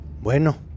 Bueno